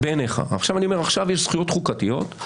עכשיו יש זכויות חוקתיות,